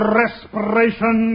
respiration